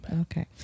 Okay